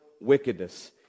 wickedness